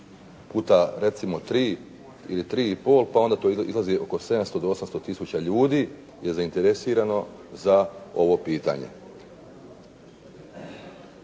puta recimo tri ili tri i pol, pa onda to izlazi oko 700 do 800000 ljudi je zainteresirano za ovo pitanje.